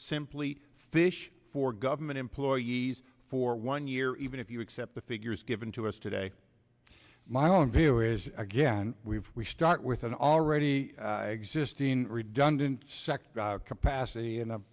simply fish for government employees for one year even if you accept the figures given to us today my own view is again we've we start with an already existing redundant sector capacity in the